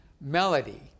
melody